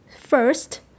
first